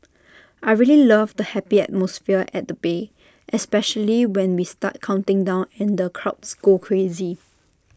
I really love the happy atmosphere at the bay especially when we start counting down and the crowds go crazy